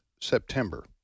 September